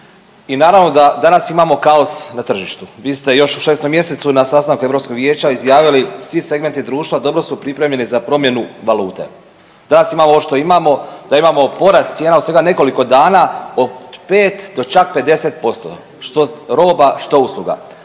i naravno da danas imamo kaos na tržištu. Vi ste još u 6. mj. na sastanku Europskog vijeća izjavili, svi segmenti društva dobro su pripremljeni za promjenu valute. Danas imamo ovo što imamo, da imamo porast cijena od svega nekoliko dana od 5 do čak 50%, što roba, što usluga.